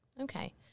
Okay